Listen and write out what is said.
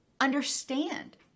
Understand